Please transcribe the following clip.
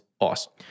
awesome